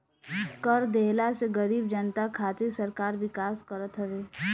कर देहला से गरीब जनता खातिर सरकार विकास करत हवे